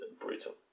brutal